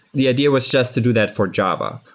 the idea was just to do that for java.